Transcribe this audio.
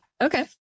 Okay